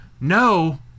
no